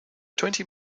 twenty